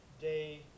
day